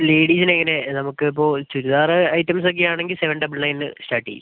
ladies അങ്ങനെ നമുക്കിപ്പോൾ churidar items ഒക്കെ ആണെങ്കിൽ സെവെൻ ഡബിൾ ണെയൻല് സ്റ്റാർട്ട് ചെയ്യും